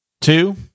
Two